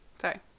sorry